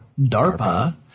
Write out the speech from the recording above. DARPA